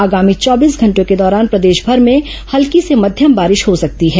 आगामी चौबीस घंटों के दौरान प्रदेशभर में हल्की से मध्यम बारिश हो सकती है